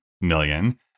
million